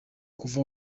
kuva